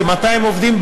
כ-200 עובדים,